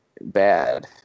bad